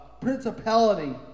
principality